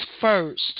first